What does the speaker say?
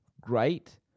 great